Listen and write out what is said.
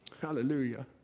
Hallelujah